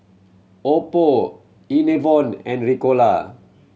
Oppo Enervon and Ricola